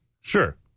Sure